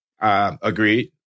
Agreed